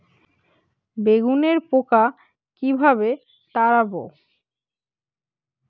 বেগুনের পোকা কিভাবে তাড়াব?